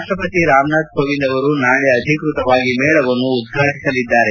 ರಾಷ್ಟ್ರಪತಿ ರಾಮನಾಥ್ ಕೋವಿಂದ್ ಅವರ ನಾಳೆ ಅಧಿಕೃತವಾಗಿ ಮೇಳವನ್ನು ಉದ್ವಾಟಿಸಲಿದ್ದಾರೆ